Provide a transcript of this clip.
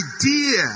idea